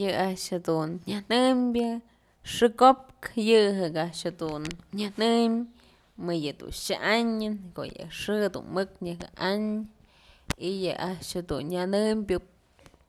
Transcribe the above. Yë a'ax jedun nyënëmbyë xëkopkë yë jëk a'ax dun nyënëm mëyë dun xa'anyën ko'o yë dun mëk nyëkë anyë y yë a'ax dun nyënëmbyë